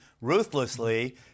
ruthlessly